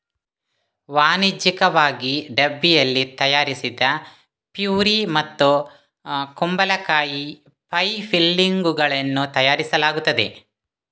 ವಾಣಿಜ್ಯಿಕವಾಗಿ ಡಬ್ಬಿಯಲ್ಲಿ ತಯಾರಿಸಿದ ಪ್ಯೂರಿ ಮತ್ತು ಕುಂಬಳಕಾಯಿ ಪೈ ಫಿಲ್ಲಿಂಗುಗಳನ್ನು ತಯಾರಿಸಲಾಗುತ್ತದೆ